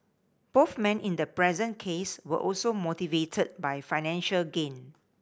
both men in the present case were also motivated by financial gain